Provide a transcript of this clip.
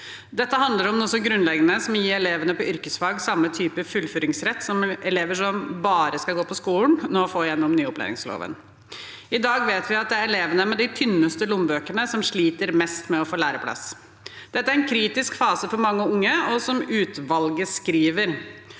Det handler om noe så grunnleggende som å gi elevene på yrkesfag samme type fullføringsrett som elever som «bare» skal gå på skolen, nå får gjennom den nye opplæringsloven. I dag vet vi at det er elevene med de tynneste lommebøkene som sliter mest med å få læreplass. Dette er en kritisk fase for mange unge. Som utvalget skriver: